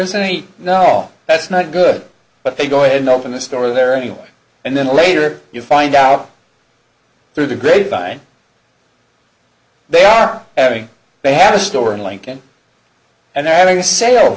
isn't any no that's not good but they go and open the store there anyway and then later you find out through the grapevine they are going they have a store in lincoln and they're having a sale